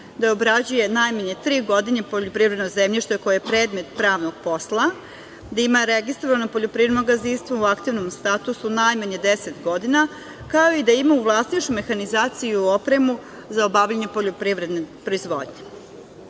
da obrađuje najmanje tri godine poljoprivredno zemljište koje je predmet pravnog posla, da ima registrovano poljoprivredno gazdinstvo u aktivnom statusu najmanje deset godina, kao i da ima u vlasništvu mehanizaciju i opremu za obavljanje poljoprivredne proizvodnje. Bitno